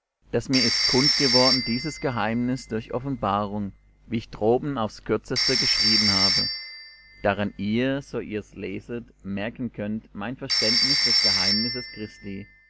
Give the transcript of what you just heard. daß mir ist kund geworden dieses geheimnis durch offenbarung wie ich droben aufs kürzeste geschrieben habe daran ihr so ihr's leset merken könnt mein verständnis des geheimnisses christi